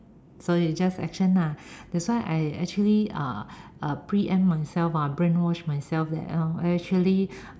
so you just action lah that is why I actually uh preempt myself brainwash myself that um I actually